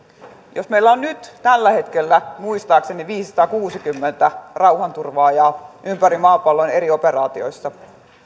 jos meillä on nyt tällä hetkellä muistaakseni viisisataakuusikymmentä rauhanturvaajaa ympäri maapallon eri operaatioissa